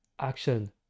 action